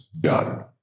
done